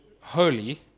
holy